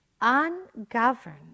ungoverned